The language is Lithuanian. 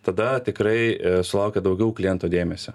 tada tikrai sulaukia daugiau kliento dėmesio